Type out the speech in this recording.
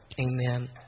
amen